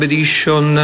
Edition